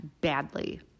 badly